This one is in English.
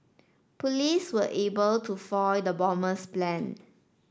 police were able to foil the bomber's plan